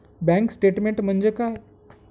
Bank statement म्हणजे काय?